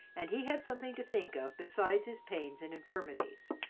and he had something to think of beside his pains and infirmities.